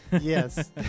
Yes